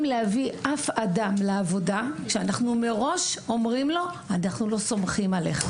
להביא אף אדם לעבודה כשאנחנו מראש אומרים לו אנחנו לא סומכים עליך.